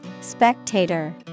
Spectator